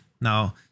Now